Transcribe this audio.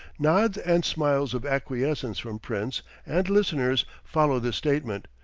nods and smiles of acquiescence from prince and listeners follow this statement,